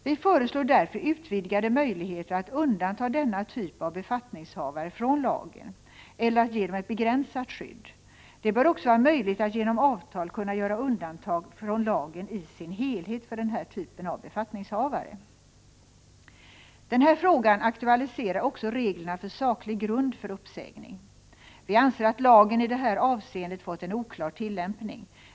Vi föreslår därför utvidgade möjligheter att undanta denna typ av befattningshavare från lagen eller att ge dem ett begränsat skydd. Det bör också vara möjligt att genom avtal kunna göra undantag från lagen i dess helhet för denna typ av befattningshavare. Den här frågan aktualiserar också reglerna för saklig grund för uppsägning. Vi anser att lagen i det här avseendet fått en oklar tillämpning.